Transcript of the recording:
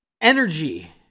energy